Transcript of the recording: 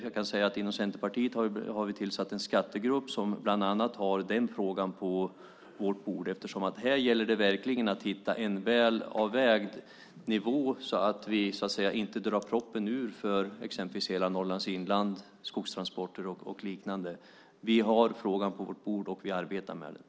Jag kan säga att vi inom Centerpartiet har tillsatt en skattegrupp som bland annat har den frågan på sitt bord, för här gäller det verkligen att hitta en väl avvägd nivå så att vi inte drar proppen ur för exempelvis hela Norrlands inland när det gäller skogstransporter och liknande. Vi har frågan på vårt bord, och vi arbetar med den.